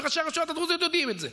וראשי הרשויות הדרוזיות יודעים את זה,